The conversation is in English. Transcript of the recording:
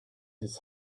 his